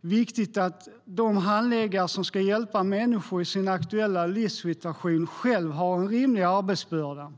viktigt att de handläggare som ska hjälpa människor i deras aktuella livssituation själva har en rimlig arbetsbörda.